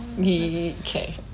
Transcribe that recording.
Okay